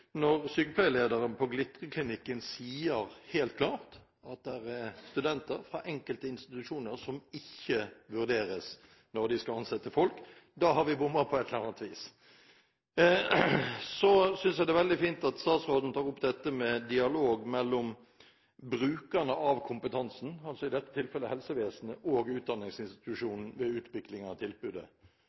når sykepleierlederen på Glittreklinikken sier helt klart at det er studenter fra enkelte institusjoner som ikke vurderes når de skal ansette folk. Da har vi bommet på et eller annet vis. Så synes jeg det er veldig fint at statsråden tar opp dette med dialog mellom brukerne av kompetansen, i dette tilfellet helsevesenet og utdanningsinstitusjonene, for utvikling av tilbudet,